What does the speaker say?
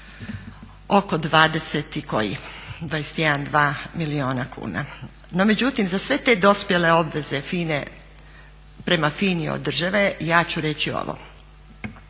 oko 20 i koji, 21, dva milijuna kuna. No međutim, za sve te dospjele obveze FINA-e prema FINA-i od države ja ću reći ovo.